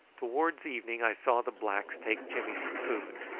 towards evening i saw the blacks take jimmy some food,